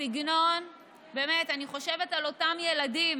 סגנון, באמת, אני חושבת על אותם ילדים